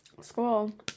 School